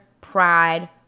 pride